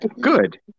Good